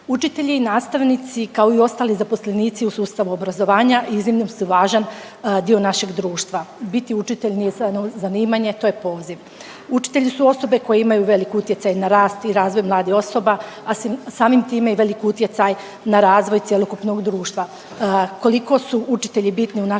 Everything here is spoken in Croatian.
Učitelji i nastavnici kao i ostali zaposlenici u sustavu obrazovanja iznimno su važan dio našeg društva. Biti učitelj nije samo zanimanje to je poziv. Učitelji su osobe koje imaju velik utjecaj na rast i razvoj mladih osoba, a samim time i velik utjecaj na razvoj cjelokupnog društva.